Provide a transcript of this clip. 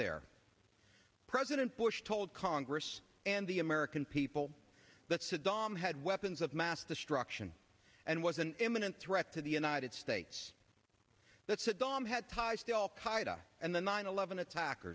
there president bush told congress and the american people that saddam had weapons of mass destruction and was an imminent threat to the united states that saddam had ties to al qaida and the nine eleven attack